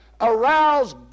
arouse